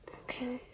okay